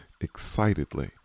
excitedly